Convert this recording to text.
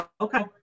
Okay